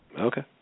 Okay